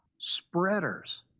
spreaders